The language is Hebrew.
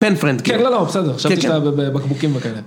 פן פרנד. כן, לא, לא, בסדר, חשבתי שאתה בקבוקים וכאלה.